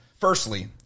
Firstly